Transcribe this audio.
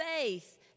faith